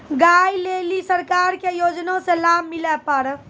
गाय ले ली सरकार के योजना से लाभ मिला पर?